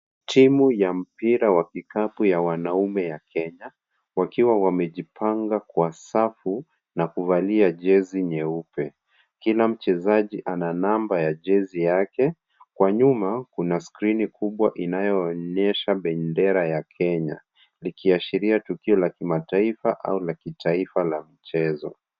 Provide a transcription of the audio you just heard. Timu ya mpira wa kikapu ya wanaume ya Kenya, wakiwa wamejipanga kwa safu na kuvalia jezi nyeupe. Kila mchezaji ana namba ya jezi yake ,kwa nyuma kuna skrini kubwa inayoonyesha bendera ya Kenya. Likiashiria tukio la kimataifa au la kitaifa la mchezo.